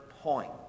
point